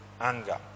anger